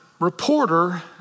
reporter